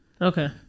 Okay